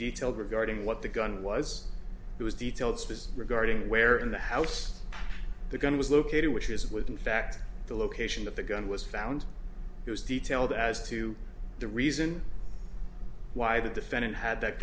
detail regarding what the gun was it was details as regarding where in the house the gun was located which is with in fact the location of the gun was found it was detailed as to the reason why the defendant had that